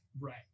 right